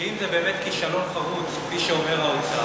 שאם זה באמת כישלון חרוץ כפי שאומר האוצר,